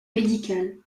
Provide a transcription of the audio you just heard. médical